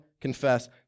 confess